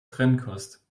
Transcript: trennkost